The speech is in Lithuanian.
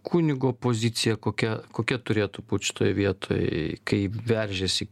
kunigo pozicija kokia kokia turėtų būt šitoj vietoj kai veržiasi